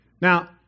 Now